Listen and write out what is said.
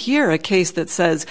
here a case that says